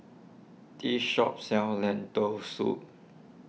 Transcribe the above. this shop sells Lentil Soup